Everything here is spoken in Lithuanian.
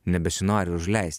nebesinori užleis